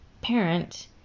parent